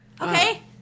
Okay